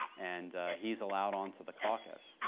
and he's allowed onto the caucus,